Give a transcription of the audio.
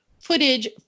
footage